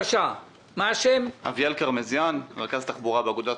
47% מהסטודנטים שענו על סקר שערכנו ב-2018 משתמשים בתחבורה ציבורית,